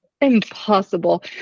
impossible